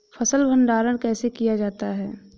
फ़सल भंडारण कैसे किया जाता है?